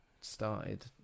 started